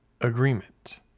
agreement